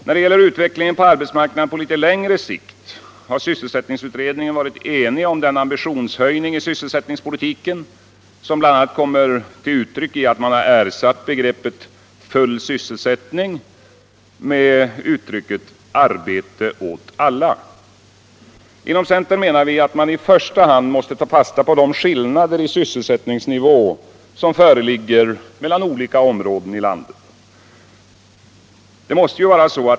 När det gäller utvecklingen på arbetsmarknaden på litet längre sikt har sysselsättningsutredningen varit enig om den ambitionshöjning i sysselsättningspolitiken som bl.a. kommer till uttryck i att man ersatt begreppet ”full sysselsättning” med uttrycket ”arbete åt alla”. Vi inom centern menar att man i första hand måste ta fasta på de skillnader i sysselsättningsnivå som föreligger mellan olika områden av landet.